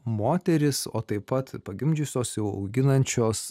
moterys o taip pat pagimdžiusios jau auginančios